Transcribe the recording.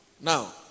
Now